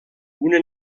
una